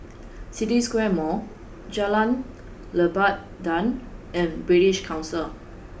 City Square Mall Jalan Lebat Daun and British Council